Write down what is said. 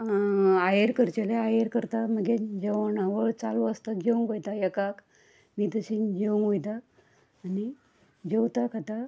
Eyre करचेले आयर करता मगेर जेवणावळ चालू आसता जेवंक वयता एकाक बी तशीं जेवंक वयता आनी जेवता खाता